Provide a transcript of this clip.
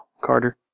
Carter